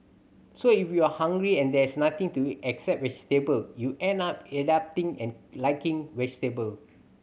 so if you are hungry and there is nothing to except vegetable you end up adapting and liking vegetable